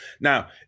Now